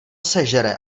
sežere